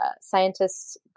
scientists